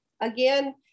again